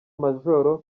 majoro